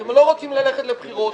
אתם לא רוצים ללכת לבחירות,